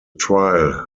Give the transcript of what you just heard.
trail